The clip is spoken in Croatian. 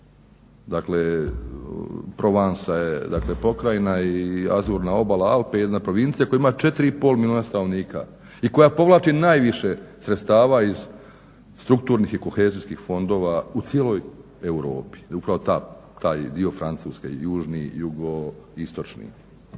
dakle Provansa je pokrajina i Azurna obala, Alpe jedna provincija koja ima 4.5 milijuna stanovnika i koja povlači najviše sredstava iz strukturnih i kohezijskih fondova u cijeloj Europi, upravo taj dio Francuske južni, jugoistočni.